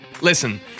listen